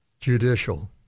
judicial